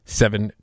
seven